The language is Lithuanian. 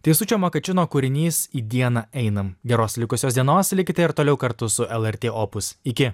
teisučio makačino kūrinys į dieną einam geros likusios dienos likite ir toliau kartu su lrt opus iki